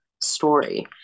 story